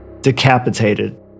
decapitated